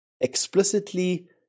explicitly